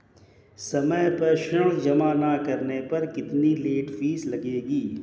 समय पर ऋण जमा न करने पर कितनी लेट फीस लगेगी?